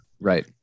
right